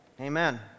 Amen